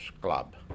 Club